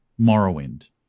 Morrowind